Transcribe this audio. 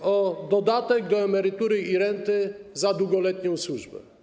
Chodzi o dodatek do emerytury i renty za długoletnią służbę.